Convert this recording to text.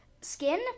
skin